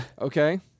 Okay